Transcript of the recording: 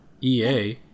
EA